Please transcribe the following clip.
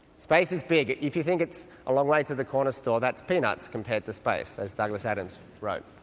space is big. if you think it's a long way to the corner store, that's peanuts compared to space, as douglas adams wrote.